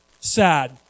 Sad